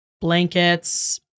blankets